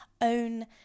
own